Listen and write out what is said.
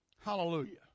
Hallelujah